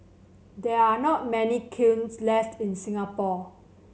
there are not many kilns left in Singapore